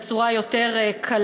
בצורה יותר קלה,